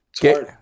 Get